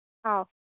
ꯑꯥꯎ